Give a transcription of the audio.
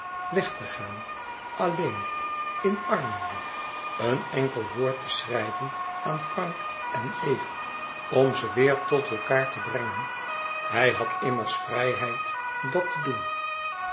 weg te gaan alleen in armoede een enkel woord te schrijven aan frank en eve om ze weêr tot elkaâr te brengen hij had immers vrijheid dat te doen